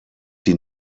die